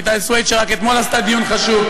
רויטל סויד שרק אתמול עשתה דיון חשוב.